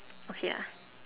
okay ah